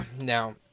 Now